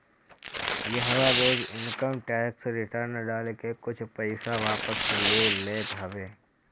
इहवा लोग income tax return डाल के कुछ पईसा वापस ले लेत हवे